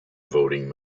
voting